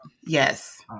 Yes